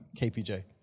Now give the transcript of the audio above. KPJ